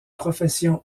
professions